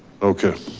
okay.